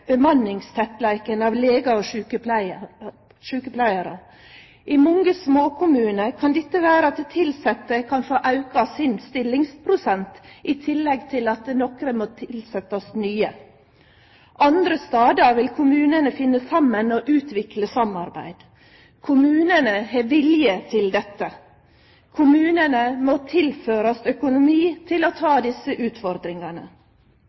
bemanningstettleiken av legar og sjukepleiarar. I mange småkommunar kan det vere at tilsette kan få auka sin stillingsprosent i tillegg til å tilsetje nye. Andre stader vil kommunane finne saman og utvikle samarbeid. Kommunane har vilje til dette. Kommunane må tilførast økonomi til å ta desse utfordringane.